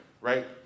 right